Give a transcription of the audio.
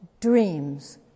dreams